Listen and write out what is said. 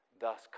thus